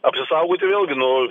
apsisaugoti vėlgi nu